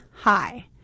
hi